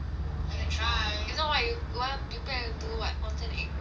that's all if not what you what you prepare to do what onsen egg kind ah